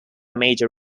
major